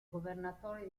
governatore